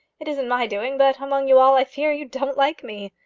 it isn't my doing, but among you all, i fear, you don't like me.